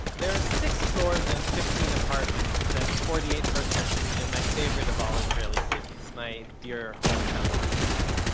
there are six floors and fifteen apartments at forty eight herzl street in my favorite of all israeli cities, my dear hometown jerusalem.